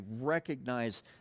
recognize